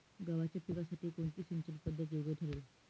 गव्हाच्या पिकासाठी कोणती सिंचन पद्धत योग्य ठरेल?